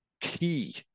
key